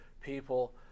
people